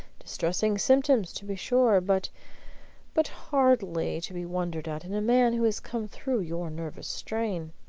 distressing symptoms, to be sure, but but hardly to be wondered at in a man who has come through your nervous strain.